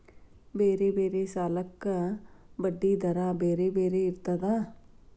ಬೇರೆ ಬೇರೆ ಸಾಲಕ್ಕ ಬಡ್ಡಿ ದರಾ ಬೇರೆ ಬೇರೆ ಇರ್ತದಾ?